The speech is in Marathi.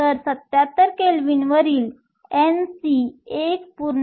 तर 77 केल्विनवरील Nc 1